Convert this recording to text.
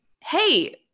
hey